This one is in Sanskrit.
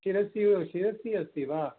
शिरसि शिरसि अस्ति वा